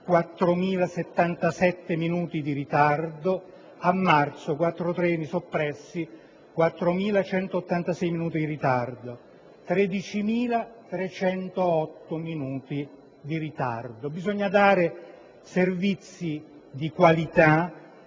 4.077 minuti di ritardo; a marzo, quattro treni soppressi e 4.186 minuti di ritardo: 13.308 minuti di ritardo in tutto. Bisogna dare servizi di qualità